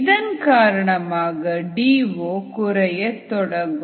இதன் காரணமாக D O குறையத் தொடங்கும்